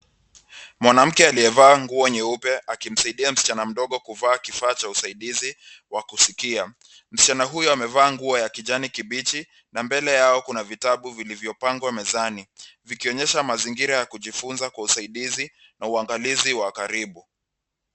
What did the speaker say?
Mwanamke aliyevaa nguo nyeupe akimsaidia msichana mdogo kuvaa kifaa cha usaidizi wa kusikia. Msichana huyo amevaa nguo ya kijani kibichi na mbele yao kuna vitabu vilivyopangwa mezani. Vikiionyesha mazingira ya kujifunza kwa usaidizi na uangalizi wa karibu.